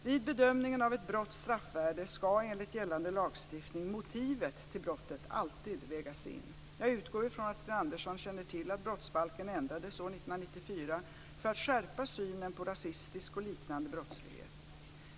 Vid bedömningen av ett brotts straffvärde ska enligt gällande lagstiftning motivet till brottet alltid vägas in. Jag utgår från att Sten Andersson känner till att brottsbalken ändrades år 1994 för att skärpa synen på rasistisk och liknande brottslighet.